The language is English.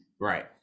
right